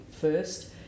first